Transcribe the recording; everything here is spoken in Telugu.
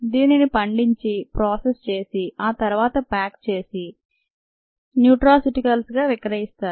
దీనిని పండించి ప్రాసెస్ చేసి ఆ తర్వాత ప్యాక్ చేసి న్యూట్రాస్యూటికల్స్గా విక్రయిస్తారు